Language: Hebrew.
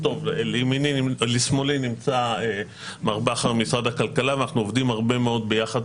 לשמאלי יושב מר בכר ממשרד הכלכלה ואנחנו עובדים הרבה מאוד ביחד.